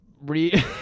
re